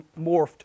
morphed